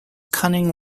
cunning